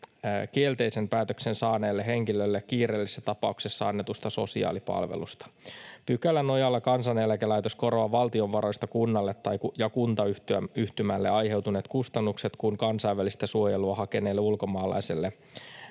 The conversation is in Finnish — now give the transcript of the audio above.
kielteisen päätöksen saaneelle henkilölle kiireellisessä tapauksessa annetusta sosiaalipalvelusta. Pykälän nojalla Kansaneläkelaitos korvaa valtion varoista kunnalle ja kuntayhtymälle aiheutuneet kustannukset, kun kansainvälistä suojelua hakeneelle ulkomaalaiselle,